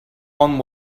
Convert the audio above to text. one